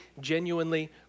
genuinely